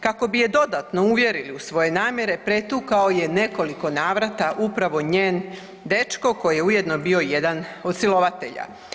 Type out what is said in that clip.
Kako bi je dodatno uvjerili u svoje namjere pretukao ju je u nekoliko navrata upravo njen dečko koji je ujedno bio jedan od silovatelja.